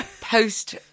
post